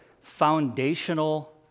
foundational